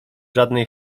żadnej